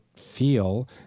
feel